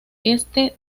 este